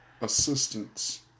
assistance